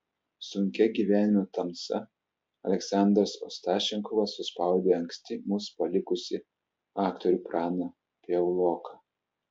sunkia gyvenimo tamsa aleksandras ostašenkovas suspaudė anksti mus palikusį aktorių praną piauloką